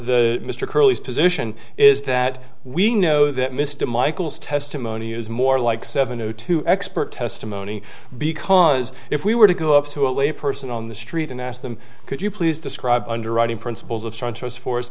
the mr curly's position is that we know that mr michael's testimony is more like seven o two expert testimony because if we were to go up to a lay person on the street and ask them could you please describe underwriting principles of tranches for us